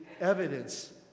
evidence